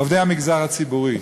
עובדי המגזר הציבורי,